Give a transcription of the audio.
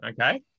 Okay